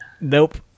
nope